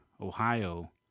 Ohio